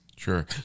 Sure